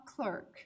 clerk